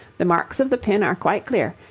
the marks of the pin are quite clear,